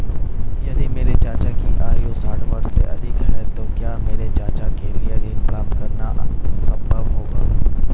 यदि मेरे चाचा की आयु साठ वर्ष से अधिक है तो क्या मेरे चाचा के लिए ऋण प्राप्त करना संभव होगा?